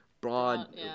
broad